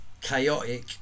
chaotic